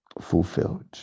fulfilled